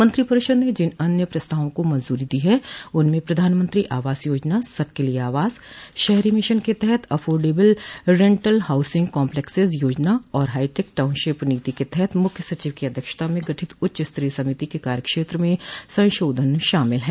मंत्रिपरिषद ने जिन अन्य प्रस्तावों को मंज्री दी है उनमें प्रधानमंत्री आवास योजना सबके लिए आवास शहरी मिशन के तहत अफोर्डेबल रेंटल हाउसिंग कॉम्प्लेक्सेज योजना और हाईटेक टाऊनशिप नीति के तहत मुख्य सचिव की अध्यक्षता में गठित उच्चस्तरीय समिति के कार्यक्षेत्र में संशोधन शामिल ह